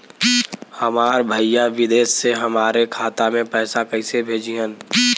हमार भईया विदेश से हमारे खाता में पैसा कैसे भेजिह्न्न?